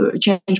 change